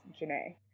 Janae